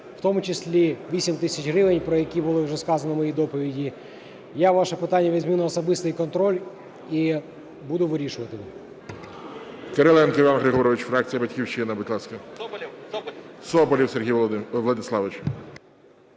в тому числі 8 тисяч гривень, про які було вже сказано в моїй доповіді. Я ваше питання візьму на особистий контроль і буду вирішувати.